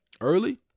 early